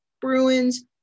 Bruins